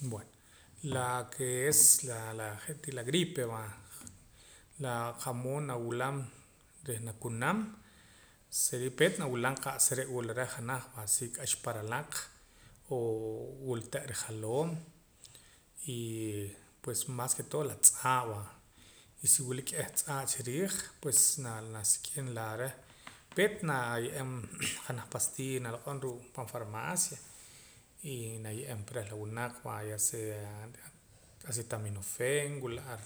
Bueno laa ke es laa je'tii la gripe va la qa'mood nawulam reh nakunam seria peet nawulam qa'sa re' wila reh janaj va si k'axa pan ralaq o wila te' rijaloom y pues mas ke todo la tz'aa' va y si wila k'eh tz'aa' chiriij pues na nasik'im lado reh peet naye'eem janaj pastilla naloq'om ruu' pan farmacia y naye'eem pa reh winaq va ya sea acetaminofén wila ar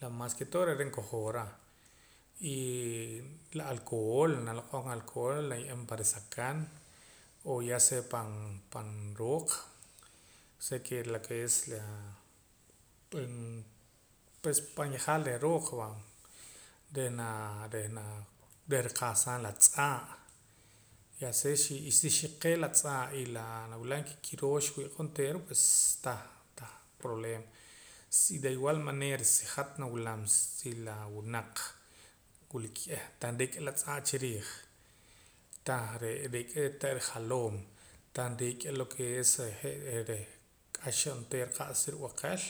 la mas ke todo re'ee mas nkojoora y la alcohol naloq'om alcohol y naye'eem pan risakan o ya sea pan pan rooq osea lo ke es laa pues pan yejaal reh rooq va reh riqasaam la tz'aa' ya sea y si xi xiqee la tz'aa' y laa nawilam ke kiroo xwi'qa onteera pues tah tah problema si reh igual manera si hat nawilam si la winaq wila k'eh tan rik'a la tz'aa' chiriij tah re'ee rik'a te' rijaloom tan rik'a lo ke es la je'ee reh k'axa onteera rib'aqal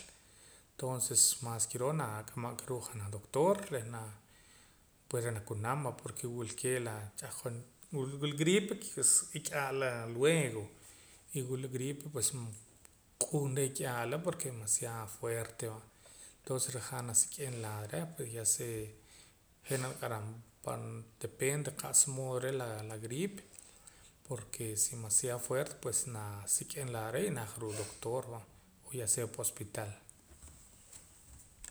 tonces mas kiroo nak'amam ka ruu' janaj doctor reh naa pues reh nakunam va porque wilkee' la ch'ahqon wila gripe n'ik'aala pues luego y wila gripe pues q'uun n'ik'aala porque demaciodo fuerte va tonses rajaam nasik'im lado reh ya sea je' naniq'aram pa depende qa'sa mood re' la gripe porque si demaciado fuerte pues naa sik'im lado reh y naja ruu' doctor va o ya sea pan hospital